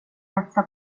satsa